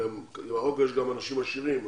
לרוב יש גם אנשים עשירים.